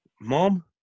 Mom